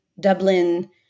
Dublin